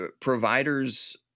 Providers